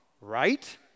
right